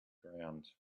ground